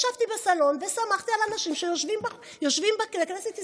ישבתי בסלון וסמכתי על האנשים שיושבים בכנסת ישראל.